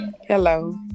Hello